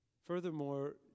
Furthermore